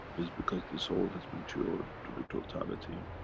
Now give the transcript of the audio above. it's because the soul has matured to the totality